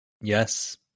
Yes